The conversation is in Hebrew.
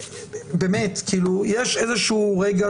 באמת, יש איזה שהוא רגע